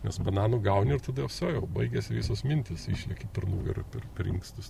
nes bananų gauni ir tada jau fsio jau baigiasi visos mintys išlėkė per nugarą per inkstus